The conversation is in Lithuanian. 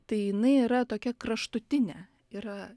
tai jinai yra tokia kraštutinė yra